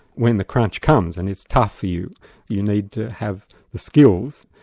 when the crunch comes, and it's tough for you, you need to have the skills,